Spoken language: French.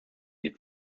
des